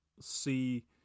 see